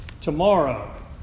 tomorrow